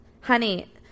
Honey